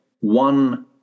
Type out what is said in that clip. one